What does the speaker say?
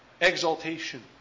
Exaltation